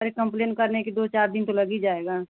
अरे कंप्लेन करने के दो चार दिन तो लग ही जाएगा